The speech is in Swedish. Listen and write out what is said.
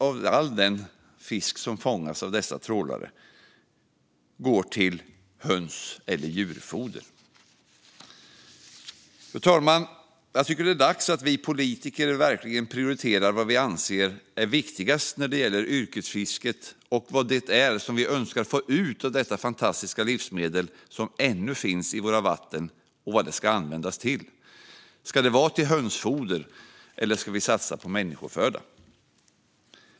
Av all den fisk som fångas av dessa trålare går 95 procent till höns eller djurfoder. Fru talman! Det är dags att vi politiker verkligen prioriterar vad vi anser är viktigast när det gäller yrkesfisket och vad det är som vi önskar få ut av detta fantastiska livsmedel som ännu finns i våra vatten och vad det ska användas till. Ska det vara till hönsfoder, eller ska vi satsa på människoföda?